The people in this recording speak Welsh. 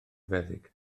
feddyg